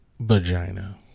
vagina